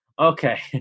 Okay